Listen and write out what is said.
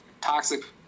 toxic